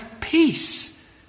peace